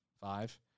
Five